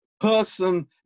person